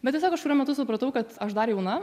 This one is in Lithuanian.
bet tiesiog kažkuriuo metu supratau kad aš dar jauna